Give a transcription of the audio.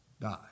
die